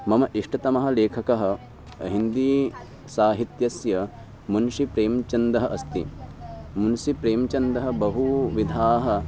मम इष्टतमः लेखकः हिन्दी साहित्यस्य मुन्षि प्रेम्चन्दः अस्ति मुन्सि प्रेम्चन्दः बहुविधाः